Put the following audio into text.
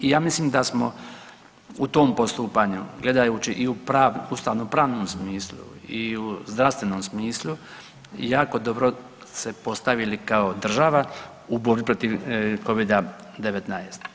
I ja mislim da smo u tom postupanju gledajući i u ustavno-pravnom smislu i u zdravstvenom smislu jako dobro se postavili kao država u borbi protiv covida 19.